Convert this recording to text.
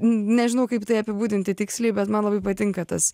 nežinau kaip tai apibūdinti tiksliai bet man labai patinka tas